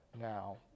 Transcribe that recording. now